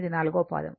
ఇది నాల్గవ పాదం